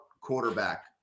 quarterback